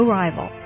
rival